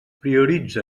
prioritza